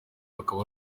akaba